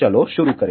चलो शुरू करें